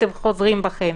אתם חוזרים בכם.